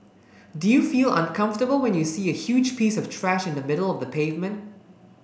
do you feel uncomfortable when you see a huge piece of trash in the middle of the pavement